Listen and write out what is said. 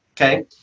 Okay